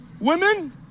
Women